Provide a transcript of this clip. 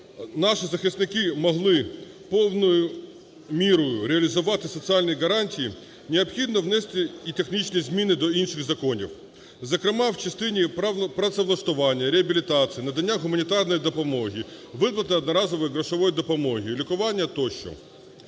наші захисники могли повною мірою реалізувати соціальні гарантії, необхідно внести і технічні зміни до інших законів, зокрема в частині працевлаштування, реабілітації, надання гуманітарної допомоги, виплатити одноразового грошової допомоги, лікування тощо.